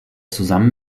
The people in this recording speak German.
zusammen